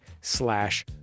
slash